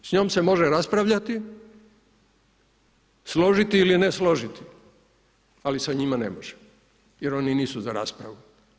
S njom se može raspravljati, složiti ili ne složiti, ali sa njima ne može jer oni nisu za raspravu.